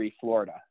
Florida